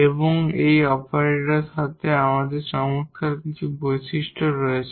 এবং এই অপারেটরদের সাথে আমাদের চমৎকার কিছু বৈশিষ্ট্য রয়েছে